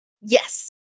Yes